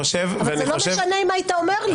אבל זה לא משנה אם היית אומר לי.